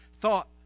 thought